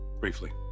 briefly